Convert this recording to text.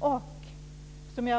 blir flexibelt!